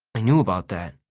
i knew about that.